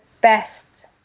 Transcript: best